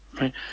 Right